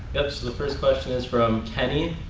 yep, so the first question is from kenny.